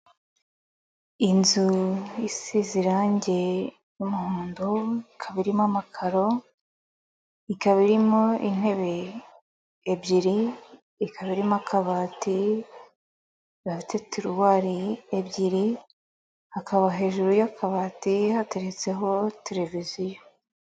Inzu isize izirangi ry'umuhondo, ikaba irimo amakaro ,ikaba irimo intebe ebyiri, ikaba irimo akabati gafite tiriwari ebyiri ,hakaba hejuru y'akabati hateretseho televiziyo.